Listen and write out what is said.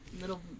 little